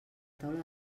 taula